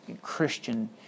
Christian